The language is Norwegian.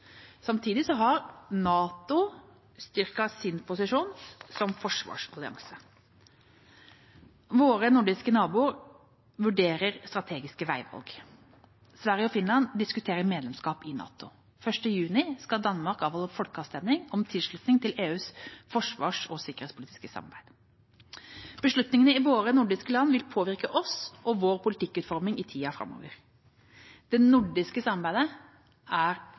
Samtidig har NATO styrket sin posisjon som forsvarsallianse. Våre nordiske naboer vurderer strategiske veivalg. Sverige og Finland diskuterer medlemskap i NATO. 1. juni skal Danmark avholde folkeavstemning om tilslutning til EUs forsvars- og sikkerhetspolitiske samarbeid. Beslutningene i våre nordiske naboland vil påvirke oss og vår politikkutforming i tida framover. Det nordiske samarbeidet er